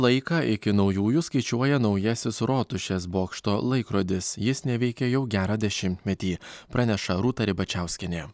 laiką iki naujųjų skaičiuoja naujasis rotušės bokšto laikrodis jis neveikė jau gerą dešimtmetį praneša rūta ribačiauskienė